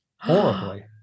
horribly